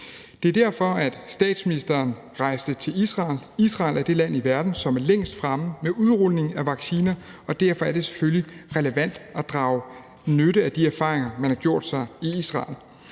Det er derfor, at statsministeren rejste til Israel. Israel er det land i verden, som er længst fremme med udrulningen af vacciner, og derfor er det selvfølgelig relevant at drage nytte af de erfaringer, man har gjort sig i Israel.